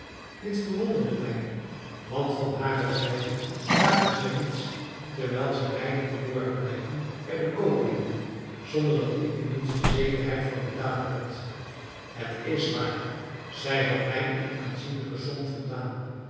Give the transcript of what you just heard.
dit verwonderde mij want van hare zijde waagde zij niets terwijl zij mij liet borg blijven bij de kooplieden zonder dat ik de minste zekerheid van betaling had het is waar zij had mij eene aanzienlijke som voldaan